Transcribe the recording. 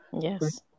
Yes